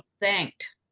thanked